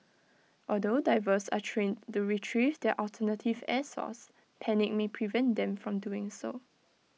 although divers are trained to Retrieve their alternative air source panic may prevent them from doing so